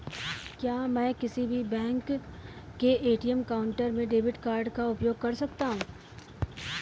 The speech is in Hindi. क्या मैं किसी भी बैंक के ए.टी.एम काउंटर में डेबिट कार्ड का उपयोग कर सकता हूं?